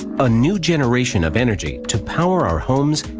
a new generation of energy, to power our homes,